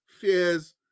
fears